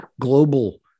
global